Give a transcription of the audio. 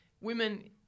women